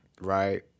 right